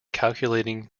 calculating